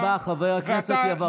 תודה רבה, חבר הכנסת יברקן.